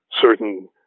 certain